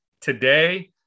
today